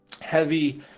heavy